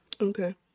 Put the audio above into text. Okay